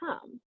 come